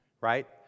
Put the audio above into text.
right